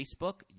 Facebook